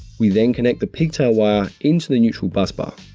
we then connect the pigtail wire into the neutral bus bar.